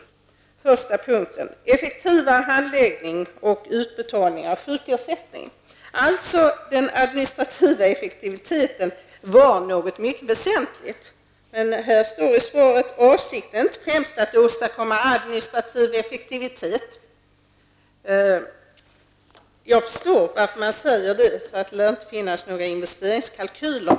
Den första punkten gäller effektivare handläggning och utbetalning av sjukersättning. Den administrativa effektiviteten ansågs alltså vara något mycket väsentligt. I svaret står det emellertid: ''Avsikten är inte främst att åstadkomma administrativ effektivitet --.'' Jag förstår att man säger så, eftersom det inte lär finnas några investeringskalkyler.